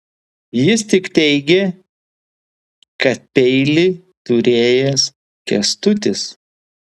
jis tik teigė kad peilį turėjęs kęstutis